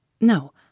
No